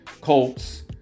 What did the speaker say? Colts